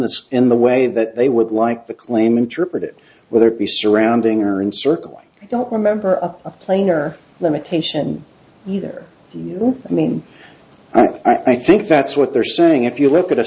sky in the way that they would like the claim interpret it whether it be surrounding or in circle i don't remember of a plane or limitation either new i mean i think that's what they're saying if you look at a